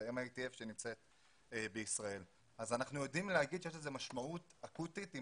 אנחנו יודעים לומר שיש לזה משמעות אקוטית אם